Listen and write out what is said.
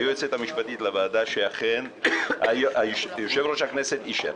אומר היושב-ראש ואומרת היועצת המשפטית לוועדה שאכן יושב-ראש הכנסת אישר.